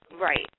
Right